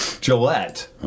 Gillette